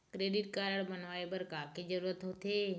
Credit card बनवाए बर का के जरूरत होते?